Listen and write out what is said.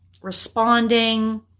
responding